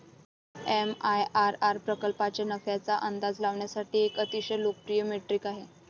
MIRR प्रकल्पाच्या नफ्याचा अंदाज लावण्यासाठी एक अतिशय लोकप्रिय मेट्रिक आहे